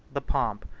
the pomp,